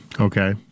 Okay